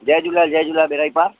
जय झूलेलाल जय झूलेलाल बेड़ा ही पार